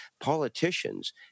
politicians